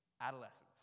adolescence